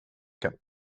kept